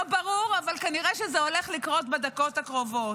לא ברור, אבל כנראה שזה הולך לקרות בדקות הקרובות.